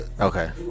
Okay